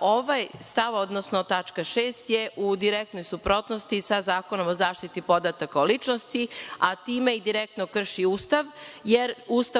Ovaj stav, odnosno tačka 6. je u direktnoj suprotnosti sa zakonom o zaštiti podataka o ličnosti, a time i direktno krši Ustav, jer Ustav